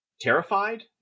Terrified